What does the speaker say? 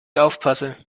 aufpasse